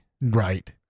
Right